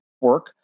work